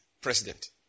president